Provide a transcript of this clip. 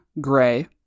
gray